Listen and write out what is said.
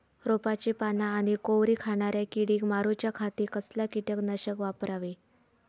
रोपाची पाना आनी कोवरी खाणाऱ्या किडीक मारूच्या खाती कसला किटकनाशक वापरावे?